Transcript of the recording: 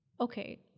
okay